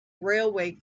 railway